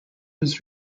was